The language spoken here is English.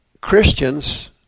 Christians